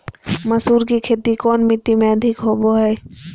मसूर की खेती कौन मिट्टी में अधीक होबो हाय?